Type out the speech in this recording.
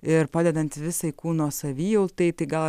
ir padedant visai kūno savijautai tai gal